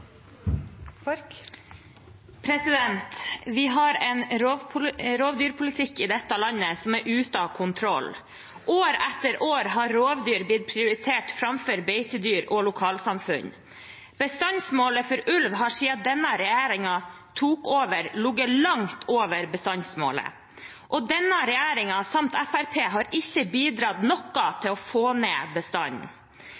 dag. Vi har en rovdyrpolitikk i dette landet som er ute av kontroll. År etter år har rovdyr blitt prioritert framfor beitedyr og lokalsamfunn. Antallet ulv har siden denne regjeringen tok over, ligget langt over bestandsmålet. Denne regjeringen har – sammen med Fremskrittspartiet – ikke bidratt noe